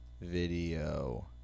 video